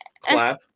Clap